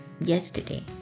yesterday